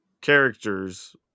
characters